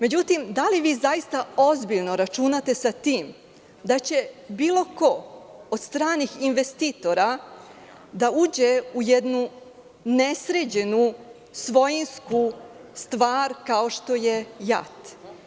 Da li vi zaista ozbiljno računate sa tim da će bilo ko od stranih investitora da uđe u jednu nesređenu svojinsku stvar kao što je JAT?